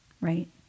right